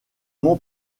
nom